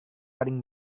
paling